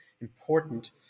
important